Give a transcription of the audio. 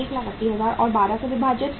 180000 और 12 से विभाजित